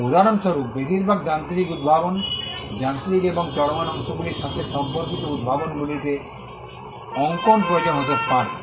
উদাহরণস্বরূপ বেশিরভাগ যান্ত্রিক উদ্ভাবন যান্ত্রিক এবং চলমান অংশগুলির সাথে সম্পর্কিত উদ্ভাবনগুলিতে অঙ্কন প্রয়োজন হতে পারে